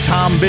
Tom